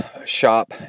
shop